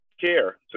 care